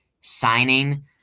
signing